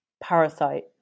Parasite